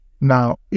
Now